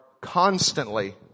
constantly